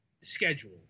schedule